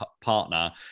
partner